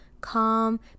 calm